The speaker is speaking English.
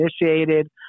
initiated